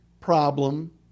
problem